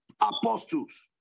apostles